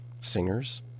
singers